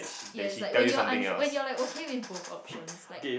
yes it's like when you're unsure when you're okay with both options like